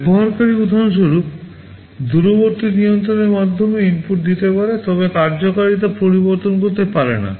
ব্যবহারকারী উদাহরণস্বরূপ দূরবর্তী নিয়ন্ত্রণের মাধ্যমে ইনপুট দিতে পারে তবে কার্যকারিতা পরিবর্তন করতে পারে না